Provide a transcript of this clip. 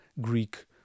Greek